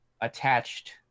attached